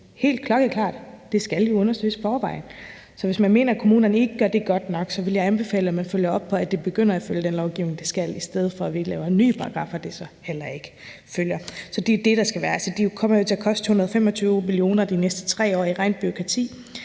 helt klokkeklart, at det skal undersøges i forvejen. Så hvis man mener, at kommunerne ikke gør det godt nok, vil jeg anbefale, at man følger op på det, så de begynder at følge den lovgivning, de skal, i stedet for at vi laver nye paragraffer, de så heller ikke følger. Så det er det, der skal være. Så det kommer til at koste 125 mio. kr. det næste 3 år i rent bureaukrati